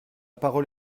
parole